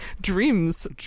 Dreams